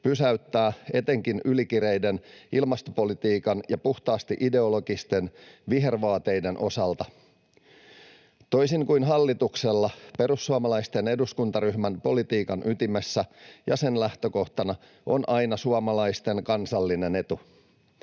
pysäyttää, etenkin ylikireän ilmastopolitiikan ja puhtaasti ideologisten vihervaateiden osalta. Toisin kuin hallituksen perussuomalaisten eduskuntaryhmän politiikan ytimessä ja sen lähtökohtana on aina suomalaisten kansallinen etu.